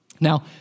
Now